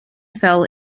fell